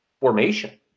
formation